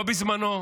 לא בזמנו.